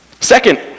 Second